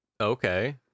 Okay